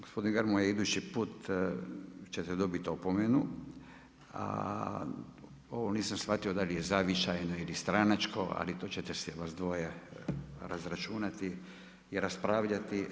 Gospodine Grmoja, idući put ćete dobiti opomenu a ovo nisam shvatio da li je zavičajna ili stranačka, li to ćete vas svoje razračunati i raspravljati.